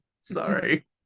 sorry